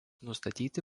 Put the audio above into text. nustatyti